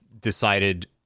decided